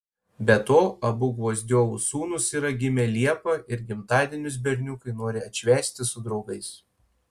be to abu gvozdiovų sūnus yra gimę liepą ir gimtadienius berniukai nori atšvęsti su draugais